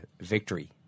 victory